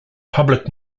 public